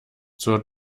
zur